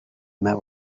met